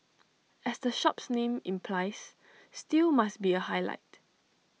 as the shop's name implies stew must be A highlight